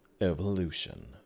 evolution